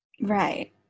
right